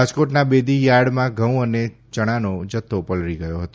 રાજકોટના બેડી યાર્ડમાં ઘઉ અને યણાનો જથ્થો પલળી ગયો હતો